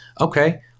okay